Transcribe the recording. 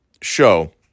show –